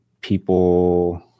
people